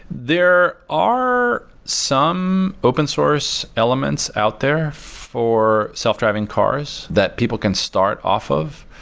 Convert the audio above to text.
there are some open source elements out there for self-driving cars that people can start off of.